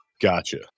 gotcha